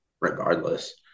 regardless